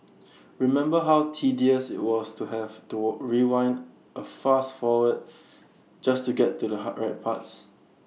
remember how tedious IT was to have to rewind A fast forward just to get to the hard right parts